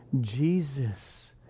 Jesus